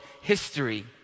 history